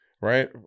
right